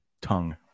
tongue